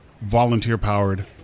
volunteer-powered